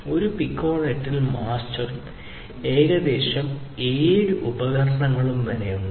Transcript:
ഒരു പിക്കോണറ്റിൽ മാസ്റ്ററും ഏകദേശം 7 ഉപകരണങ്ങളും വരെ ഉണ്ട്